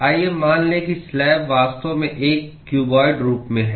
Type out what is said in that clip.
आइए मान लें कि स्लैब वास्तव में एक क्यूबॉइड रूप में है